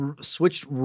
switched